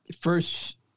first